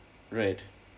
right